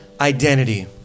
identity